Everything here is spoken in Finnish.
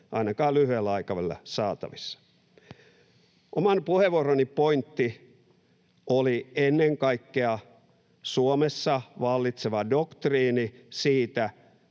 ainakaan lyhyellä aikavälillä saatavissa. Oman puheenvuoroni pointti oli ennen kaikkea Suomessa vallitseva doktriini siitä,